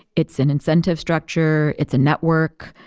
it's an incentive structure. it's a network.